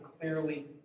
clearly